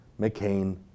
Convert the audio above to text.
McCain